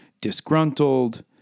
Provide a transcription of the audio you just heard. disgruntled